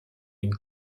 une